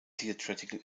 theatrical